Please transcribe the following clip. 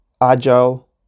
agile